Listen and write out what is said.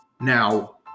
Now